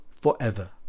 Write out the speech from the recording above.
forever